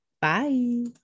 bye